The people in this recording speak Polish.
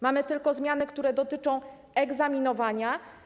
Mamy tylko zmiany, które dotyczą egzaminowania.